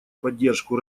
поддержку